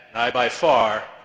i, by far,